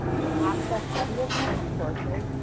to access any of these resources,